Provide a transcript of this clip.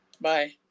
Bye